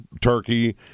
turkey